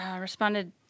responded